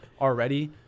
already